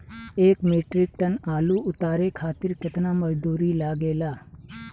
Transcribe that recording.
एक metric ton आलू उतारे खातिर केतना मजदूरी लागेला?